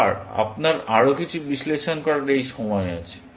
আবার আপনার আরও কিছু বিশ্লেষণ করার এই সময় আছে